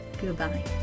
goodbye